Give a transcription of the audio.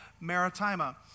Maritima